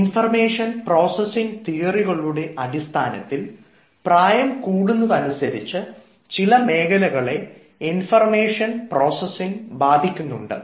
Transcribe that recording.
information processing തിയറ്ററുകളുടെ അടിസ്ഥാനത്തിൽ പ്രായം കൂടുന്നത് അനുസരിച്ച് ചില മേഖലകളെ ഇൻഫർമേഷൻ പ്രോസസിംഗ് ബാധിക്കുന്നുണ്ട്